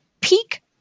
peak